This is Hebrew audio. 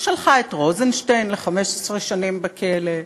ששלחה את רוזנשטיין ל-15 שנים בכלא,